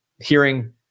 hearing